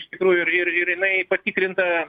iš tikrųjų ir ir jinai patikrinta